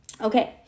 Okay